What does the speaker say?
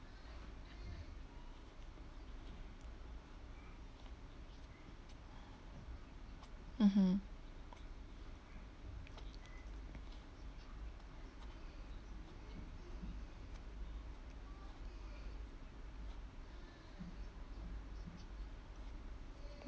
mmhmm